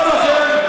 אני אומר לכם: